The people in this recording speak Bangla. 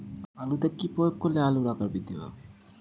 আলুতে কি প্রয়োগ করলে আলুর আকার বৃদ্ধি পাবে?